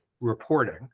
reporting